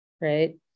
right